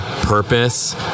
purpose